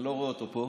אני לא רואה אותו פה,